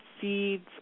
seed's